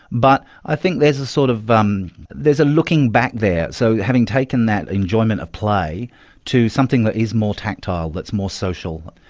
but i think there's sort of um there's a looking-back there. so having taken that enjoyment of play to something that is more tactile, that's more social.